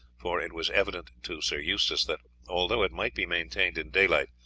for it was evident to sir eustace that although it might be maintained in daylight,